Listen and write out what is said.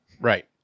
Right